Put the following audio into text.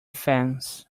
fence